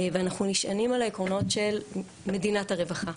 ואנחנו נשענים על העקרונות של מדינת הרווחה.